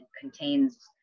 contains